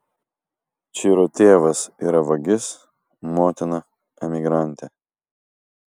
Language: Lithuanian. čiro tėvas yra vagis motina emigrantė